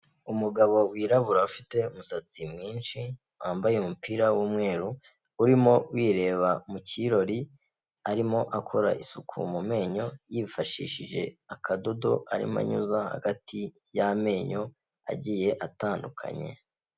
Umugabo wirabura ufite umusatsi mwinshi, wambaye umupira w'umweru urimo wireba mu kirori, arimo akora isuku mu menyo yifashishije akadodo arimo anyuza hagati y'amenyo agiye atandukanye.